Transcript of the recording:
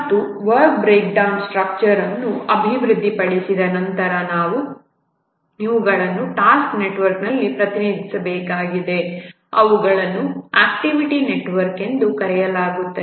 ಮತ್ತು work breakdown structure ಅನ್ನು ಅಭಿವೃದ್ಧಿಪಡಿಸಿದ ನಂತರ ನಾವು ಇವುಗಳನ್ನು ಟಾಸ್ಕ್ ನೆಟ್ವರ್ಕ್ನಲ್ಲಿ ಪ್ರತಿನಿಧಿಸಬೇಕಾಗಿದೆ ಅವುಗಳನ್ನು ಆಕ್ಟಿವಿಟಿ ನೆಟ್ವರ್ಕ್ ಎಂದೂ ಕರೆಯಲಾಗುತ್ತದೆ